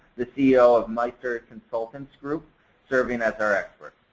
the ceo of meister consultants group serving as our expert.